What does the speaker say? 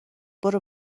برو